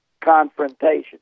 confrontation